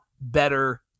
better